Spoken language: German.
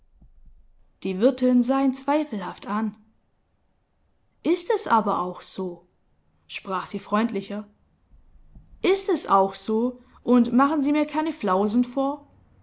die wirtin sah ihn zweifelhaft an ist es aber auch so sprach sie freundlicher ist es auch so und machen sie mir keine flausen vor